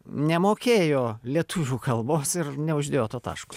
nemokėjo lietuvių kalbos ir neuždėjo to taško